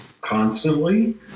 constantly